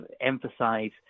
emphasize